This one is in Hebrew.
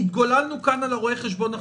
התגוללנו כאן על רואה החשבון החיצוני,